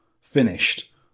Finished